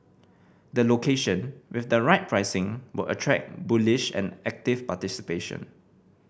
the location with the right pricing will attract bullish and active participation